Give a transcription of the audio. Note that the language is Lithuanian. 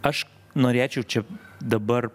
aš norėčiau čia dabar